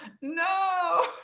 no